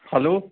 hello